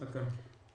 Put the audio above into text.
עד כאן.